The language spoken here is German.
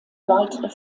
weitere